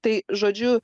tai žodžiu